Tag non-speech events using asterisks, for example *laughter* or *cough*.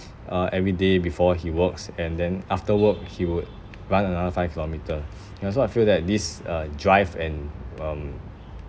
uh everyday before he works and then after work he would run another five kilometer *noise* ya so I feel that this uh drive and um